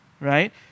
right